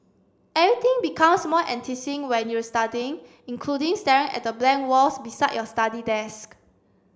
everything becomes more when you're studying including staring at the blank walls beside your study desk